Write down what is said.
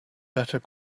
better